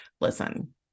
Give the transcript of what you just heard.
Listen